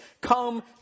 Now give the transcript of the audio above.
come